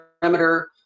perimeter